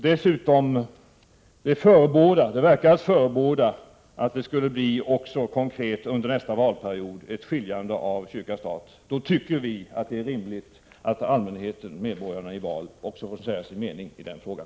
Dessutom finns det tecken som verkar förebåda att det under nästa valperiod också skulle bli fråga om ett skiljande av kyrka och stat. Vi tycker att det därför är rimligt att också allmänheten, medborgarna, i val får säga sin mening i den frågan.